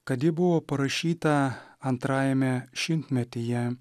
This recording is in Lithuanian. kad ji buvo parašyta antrajame šimtmetyje